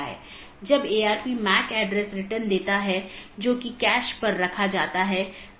इसलिए जब एक बार BGP राउटर को यह अपडेट मिल जाता है तो यह मूल रूप से सहकर्मी पर भेजने से पहले पथ विशेषताओं को अपडेट करता है